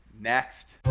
Next